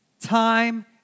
Time